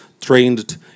trained